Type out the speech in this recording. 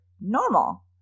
normal